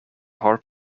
harp